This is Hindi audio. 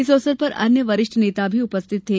इस अवसर पर अन्य वरिष्ठ नेता भी उपस्थित थे